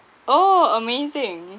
oh amazing